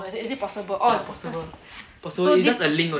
is it is it possible oh